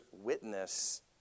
witness